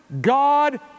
God